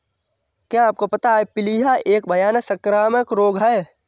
क्या आपको पता है प्लीहा एक भयानक संक्रामक रोग है?